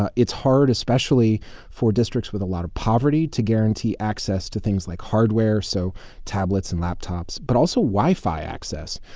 ah it's hard, especially for districts with a lot of poverty, to guarantee access to things like hardware so tablets and laptops but also wi-fi access.